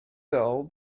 fel